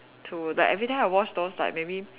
to like every time I watch those like maybe